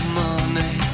money